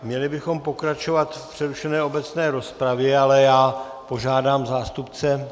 Měli bychom pokračovat v přerušené obecné rozpravě, ale požádám zástupce...